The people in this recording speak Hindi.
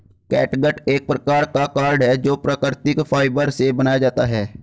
कैटगट एक प्रकार का कॉर्ड है जो प्राकृतिक फाइबर से बनाया जाता है